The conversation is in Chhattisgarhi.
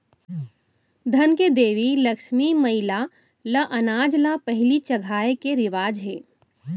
धन के देवी लक्छमी मईला ल अनाज ल पहिली चघाए के रिवाज हे